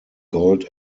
gold